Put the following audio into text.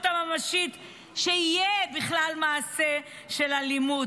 הממשית שיהיה בכלל מעשה של אלימות.